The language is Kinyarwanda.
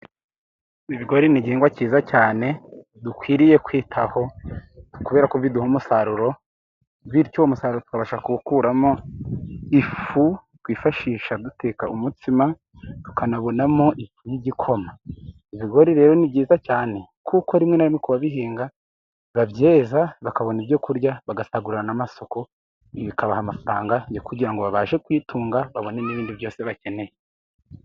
Ibigori ni igihingwa cyiza cyane dukwiriye kwitaho kubera ko kiduha umusaruro bityo umusaruro tukabasha gukuramo ifu twifashisha duteka umutsima tukanabonamo n'igikoma. Ibigori rero ni byiza cyane kuko rimwe na rimwe ku babihinga babyeza bakabona ibyokurya bagasagurira n'amasoko bikabaha amafaranga no kugira ngo babashe kwitunga babone n'ibindi byose bakeneye.